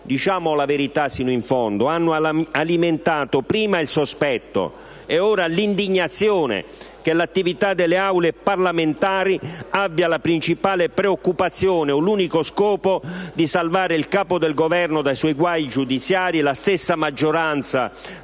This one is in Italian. diciamo la verità fino in fondo - prima il sospetto, ora l'indignazione per il fatto che l'attività delle Aule parlamenti abbia la principale preoccupazione, anzi, l'unico scopo, di salvare il Capo del Governo dai suoi guai giudiziari e la stessa maggioranza